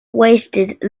wasted